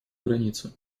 границе